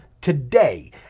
today